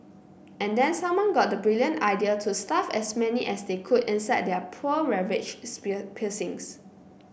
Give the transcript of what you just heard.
and then someone got the brilliant idea to stuff as many as they could inside their poor ravaged pier piercings